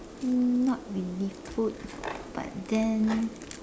not really food but then